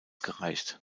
gereicht